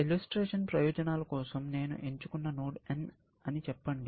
illustration ప్రయోజనాల కోసం నేను ఎంచుకున్న నోడ్ n అని చెప్పండి